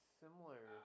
similar